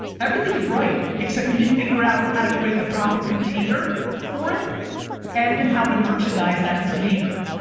everything is right except you didn't figure out how to create the proper container for it and how to merchandise that container.